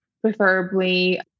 preferably